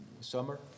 summer